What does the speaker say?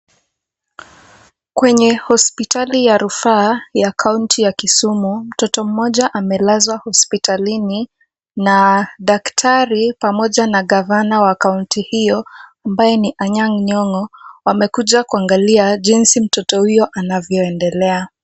Kwenye hospitali ya rufaa ya kaunti ya Kisumu, mtoto mmoja amelazwa hospitalini na daktari pamoja na gavana wa kaunti hiyo ambaye ni Anyang' Nyong'o wamekuja kuangalia jinsi mtoto huyo anavyoendelea .